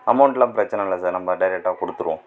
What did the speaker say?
அமெளன்ட்லாம் பிரச்சனை இல்லை சார் நம்ம டேரக்டாக கொடுத்துருவோம்